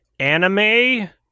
anime